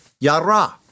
yara